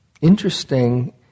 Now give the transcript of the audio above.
interesting